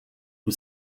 who